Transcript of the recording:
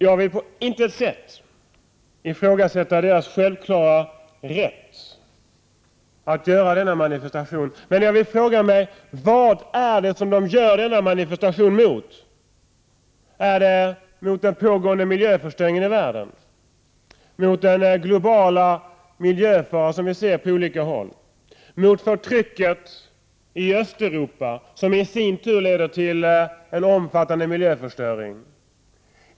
Jag vill på intet vis ifrågasätta deras självklara rätt att göra denna manifestation. Jag ställer mig dock frågan vad det är som de gör denna manifestation emot. Är det mot den pågående miljöförstöringen i världen, mot den globala miljöfara som vi ser på olika håll eller mot förtrycket i Östeuropa, som i sin tur leder till en omfattande miljöförstöring?